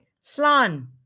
slan